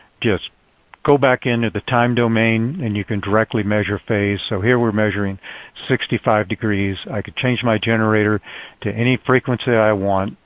go back into the time-domain and you can directly measure phase. so here we're measuring sixty five degrees. i can change my generator to any frequency i want,